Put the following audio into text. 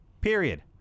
period